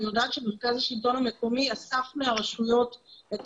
אני יודעת שמרכז השלטון המקומי אסף מהרשויות את